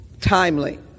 timely